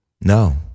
No